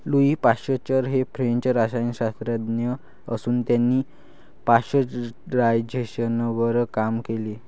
Louis Pasteur हे French रसायनशास्त्रज्ञ असून त्यांनी पाश्चरायझेशनवर काम केले